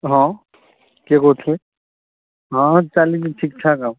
ହଁ କିଏ କହୁଥିଲେ ହଁ ଚାଲିଛି ଠିକ୍ ଠାକ୍ ଆଉ